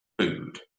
food